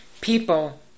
people